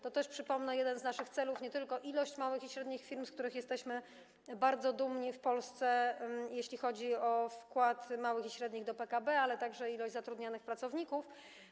To też, przypomnę, jeden z naszych celów, nie tylko ilość małych i średnich firm, z których jesteśmy bardzo dumni w Polsce, jeśli chodzi o wkład małych i średnich firm do PKB, ale także ilość zatrudnianych pracowników.